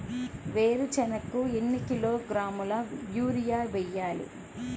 వేరుశనగకు ఎన్ని కిలోగ్రాముల యూరియా వేయాలి?